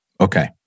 Okay